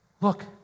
Look